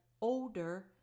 older